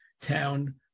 town